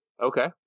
Okay